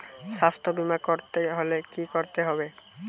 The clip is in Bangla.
স্বাস্থ্যবীমা করতে হলে কি করতে হবে?